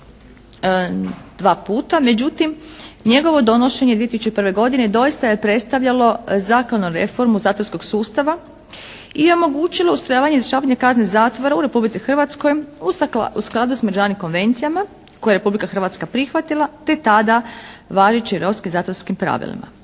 međutim njegovo donošenje 2001. godine doista je predstavljalo …/Govornica se ne razumije./… zatvorskog sustava i omogućilo ustrojavanje i izvršavanje kazne zatvora u Republici Hrvatskoj u skladu s međunarodnim konvencijama koje je Republika Hrvatska prihvatila te tada važećim europskim zatvorskim pravilima.